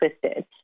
twisted